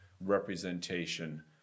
representation